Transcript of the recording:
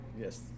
yes